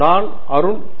பேராசிரியர் அருண் கே